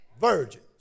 virgins